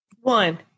One